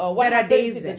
there are days